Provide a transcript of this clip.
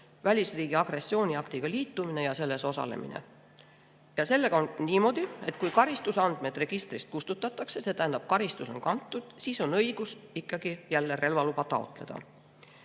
välisriigi agressiooniaktiga liitumine ja selles osalemine. Sellega on niimoodi, et kui karistusandmed registrist kustutatakse, see tähendab, et karistus on kantud, siis on õigus jälle relvaluba taotleda.